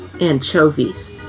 anchovies